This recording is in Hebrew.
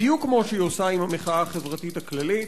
בדיוק כמו שהיא עושה עם המחאה החברתית הכללית.